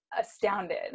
astounded